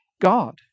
God